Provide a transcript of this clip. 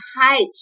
height